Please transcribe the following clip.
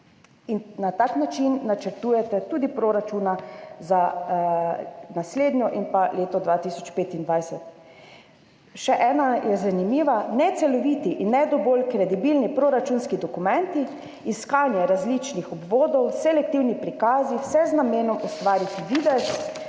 na tak način načrtujete tudi proračuna za naslednjo leto in leto 2025. Še ena je zanimiva: »Neceloviti in ne dovolj kredibilni proračunski dokumenti, iskanje različnih obvodov, selektivni prikazi, vse z namenom ustvariti videz